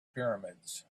pyramids